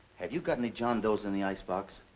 have you got any john does in the icebox?